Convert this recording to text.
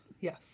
Yes